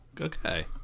Okay